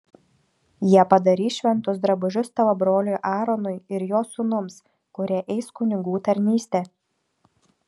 jie padarys šventus drabužius tavo broliui aaronui ir jo sūnums kurie eis kunigų tarnystę